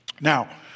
Now